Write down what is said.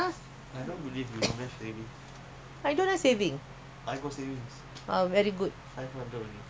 then two hundred you take out already